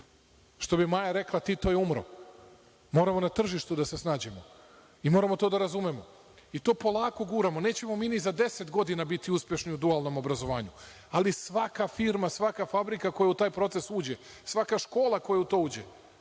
Što bi Maja rekla, Tito je umro, moramo na tržištu da se snađemo i moramo to da razumemo. To polako guramo. Nećemo mi ni za 10 godina biti uspešni u dualnom obrazovanju, ali svaka firma, svaka fabrika koja u taj procesu uđe, svaka škola koja u to uđe